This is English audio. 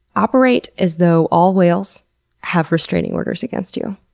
operate as though all whales have restraining orders against you.